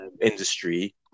industry